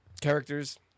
characters